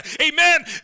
Amen